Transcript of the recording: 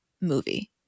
movie